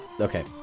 Okay